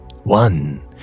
one